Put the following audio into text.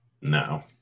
No